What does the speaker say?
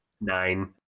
nine